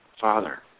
Father